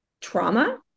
trauma